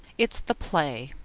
it's the play.